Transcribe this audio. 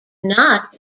not